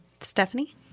Stephanie